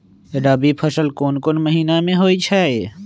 रबी फसल कोंन कोंन महिना में होइ छइ?